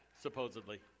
Supposedly